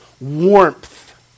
warmth